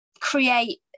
create